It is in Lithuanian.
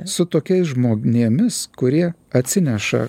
su tokiais žmonėmis kurie atsineša